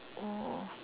oh